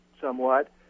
somewhat